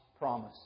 promise